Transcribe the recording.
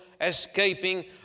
escaping